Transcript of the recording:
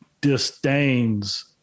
disdains